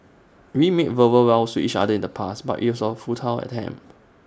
we made verbal vows to each other in the past but IT was A futile attempt